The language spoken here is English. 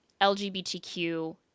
LGBTQ